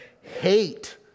Hate